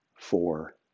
four